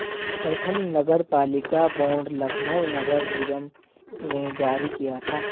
प्रथम नगरपालिका बॉन्ड लखनऊ नगर निगम ने जारी किया था